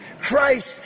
Christ